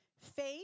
Faith